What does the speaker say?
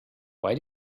why